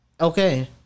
Okay